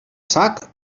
sac